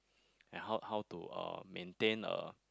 and how how to uh maintain a